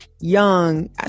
young